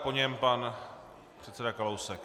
Po něm pan předseda Kalousek.